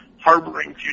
harboring